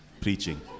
preaching